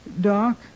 Doc